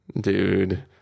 Dude